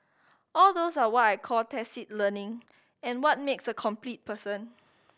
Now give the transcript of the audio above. all those are why I call tacit learning and what makes a complete person